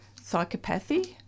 psychopathy